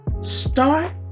Start